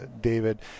David